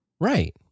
Right